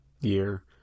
year